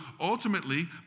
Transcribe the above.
ultimately